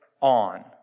on